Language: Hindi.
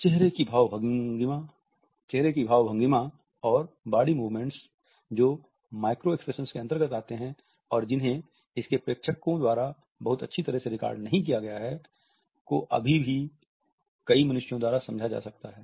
चेहरे की भाव भंगिमा और और बॉडी मूवमेंट्स जो माइक्रो एक्सप्रेशंस के अंतर्गत आते हैं और जिन्हें इसके प्रेक्षकों द्वारा बहुत अच्छी तरह से रिकॉर्ड नहीं किया गया है को अभी भी कई मनुष्यों द्वारा समझा जा सकता है